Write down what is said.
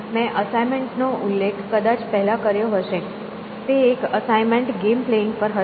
મેં અસાઇમેન્ટ નો ઉલ્લેખ કદાચ પહેલાં કર્યો હશે એક અસાઇમેન્ટ ગેમ પ્લેયિંગ પર હશે